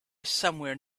somewhere